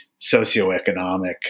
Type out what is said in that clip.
socioeconomic